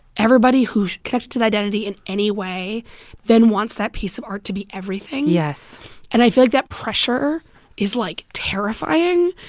everybody who connected to that identity in any way then wants that piece of art to be everything yes and i feel like that pressure is, like, terrifying.